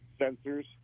sensors